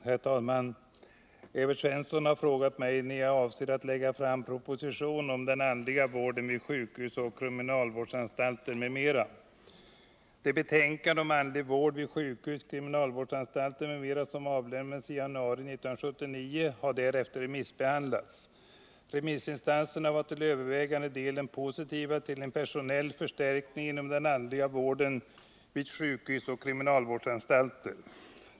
Herr talman! Evert Svensson har frågat mig när jag avser att lägga fram proposition om den andliga vården vid sjukhus och kriminalvårdsanstalter m.m. Det betänkande om andlig vård vid sjukhus, kriminalvårdsanstalter m.m. som avlämnades i januari 1979 har därefter remissbehandlats. Remissinstanserna var till övervägande del positiva till en personell förstärkning inom den andliga vården vid sjukhus och kriminalvårdsanstalter.